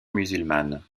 musulmane